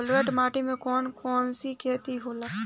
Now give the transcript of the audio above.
ब्लुअट माटी में कौन कौनचीज के खेती होला?